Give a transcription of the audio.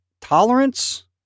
tolerance